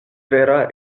vera